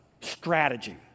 strategy